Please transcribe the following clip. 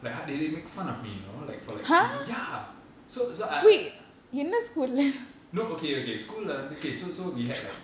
like how they they make fun of me you know like for like speaking ya so so I no okay okay school err okay so so we had like